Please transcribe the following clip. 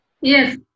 Yes